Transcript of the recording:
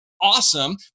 awesome